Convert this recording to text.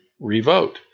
revote